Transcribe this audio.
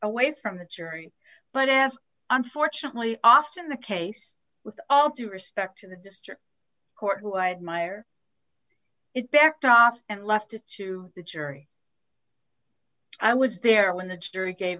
away from the jury but as unfortunately often the case with all due respect to the district court who i admire it backed off and left it to the jury i was there when the